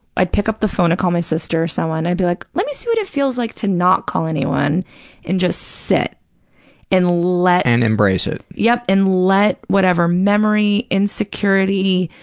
i'd pick up the phone to call my sister or someone, i'd be like, let me see what it feels like to not call anyone and just sit and let paul and embrace it. yep. and let whatever memory, insecurity,